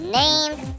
named